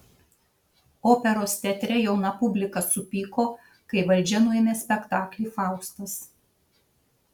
operos teatre jauna publika supyko kai valdžia nuėmė spektaklį faustas